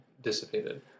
dissipated